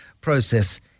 process